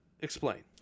explain